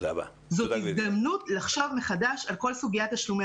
זאת הזדמנות לחשוב מחדש על כל סוגיית תשלומי